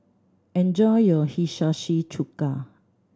enjoy your Hiyashi Chuka